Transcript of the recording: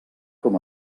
com